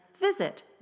visit